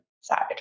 side